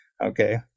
Okay